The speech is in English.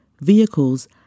vehicles